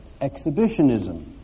exhibitionism